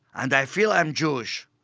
and i feel i am jewish,